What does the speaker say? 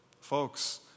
Folks